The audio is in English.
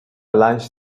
lunch